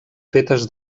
fetes